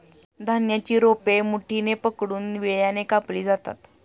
धान्याची रोपे मुठीने पकडून विळ्याने कापली जातात